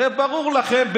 הרי ברור לכם,